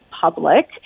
public